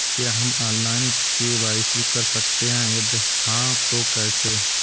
क्या हम online KYC कर सकते हैं यदि हाँ तो कैसे?